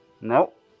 Nope